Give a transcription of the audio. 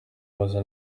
maze